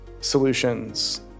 solutions